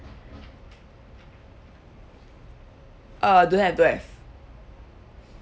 uh don't have don't have